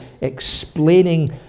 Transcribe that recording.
explaining